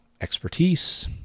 expertise